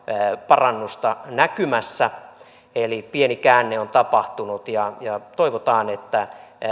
parannusta näkyvissä eli pieni käänne on tapahtunut ja ja toivotaan että